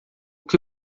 que